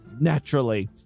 naturally